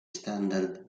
standard